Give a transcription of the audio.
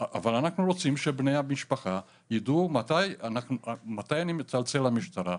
אבל אנחנו רוצים שבני המשפחה יידעו מתי אני מצלצל למשטרה,